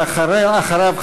ואחריו,